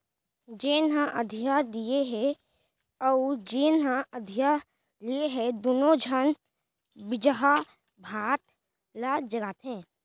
जेन ह अधिया दिये हे अउ जेन ह अधिया लिये हे दुनों झन बिजहा भात ल लगाथें